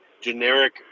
generic